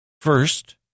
First